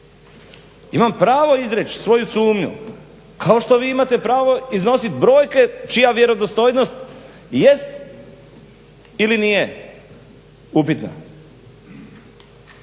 Imam pravo izreć' svoju sumnju kao što vi imate pravo iznosit brojke čija vjerodostojnost jest ili nije upitna.